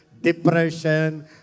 depression